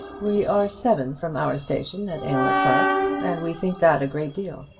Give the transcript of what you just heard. we are seven from our station at aylmer park, and we think that a great deal.